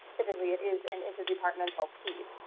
typically it is an interdepartmental piece.